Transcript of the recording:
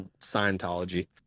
scientology